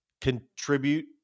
contribute